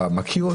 אתה מכיר?